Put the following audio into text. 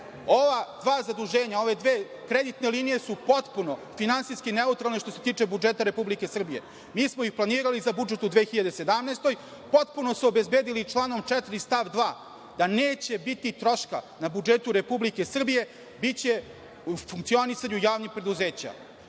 ova dva zaduženja, ove dve kreditne linije su potpuno finansijski neutralne, što se tiče budžeta Republike Srbije. Mi smo i planirali za budžet u 2017. godini, potpuno su obezbedili članom 4. stav 2. da neće biti troška u budžetu Republike Srbije, biće u funkcionisanju javnih preduzeća,